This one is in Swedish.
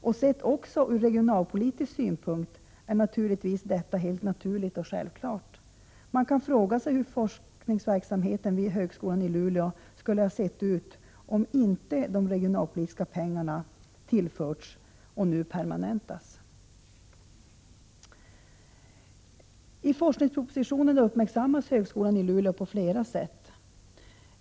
Också sett ur regionalpolitiska synpunkter är detta helt naturligt och självklart. Man kan fråga sig hur forskningsverksamheten vid högskolan i Luleå skulle ha sett ut om inte de regionalpolitiska pengarna tillförts som nu permanentas. I forskningspropositionen uppmärksammas högskolan i Luleå på flera sätt.